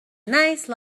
nice